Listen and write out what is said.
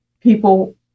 people